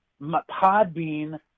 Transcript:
Podbean